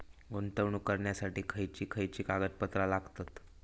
गुंतवणूक करण्यासाठी खयची खयची कागदपत्रा लागतात?